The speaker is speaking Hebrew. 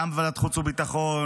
גם בוועדת חוץ וביטחון,